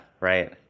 right